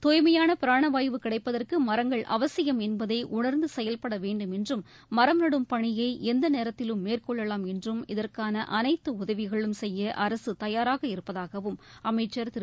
துய்மையான பிராணவாயு கிடைப்பதற்கு மரங்கள் அவசியம் என்பதை உணர்ந்து செயல்பட வேண்டும் என்றும் மரம் நடும் பணியை எந்த நேரத்திலும் மேற்கொள்ளலாம் என்றும் இதற்கான அனைத்து உதவிகளும் செய்ய அரசு தயாராக இருப்பதாகவும் அமைச்சா் திரு